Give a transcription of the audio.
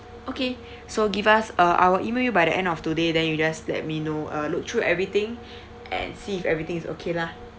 okay so give us uh I will email you by the end of today then you just let me know uh look through everything and see if everything is okay lah